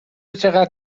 چقدر